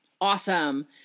Awesome